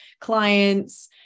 clients